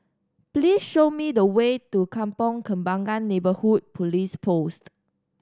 please show me the way to Kampong Kembangan Neighbourhood Police Post